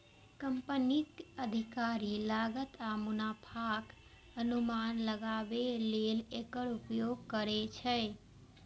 कंपनीक अधिकारी लागत आ मुनाफाक अनुमान लगाबै लेल एकर उपयोग करै छै